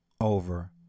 over